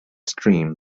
stream